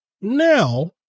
now